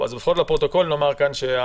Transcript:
לפחות לפרוטוקול נאמר כאן,